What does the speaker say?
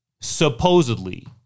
Supposedly